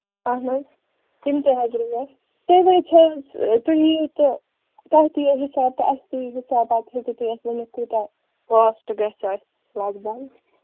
اَہَن حظ تِم تہِ حظ رُوَو تُہۍ وٲتِو حظ تُہۍ یِیٖو تہٕ تۄہہِ تہِ ییٖوٕ حِساب تہٕ اَسہِ تہِ یِیہِ حِساب پَتہٕ ہٮ۪کِو تُہۍ اَسہِ ؤنِتھ کوٗتاہ کاسٹ گژھِ اَسہِ لگ بگ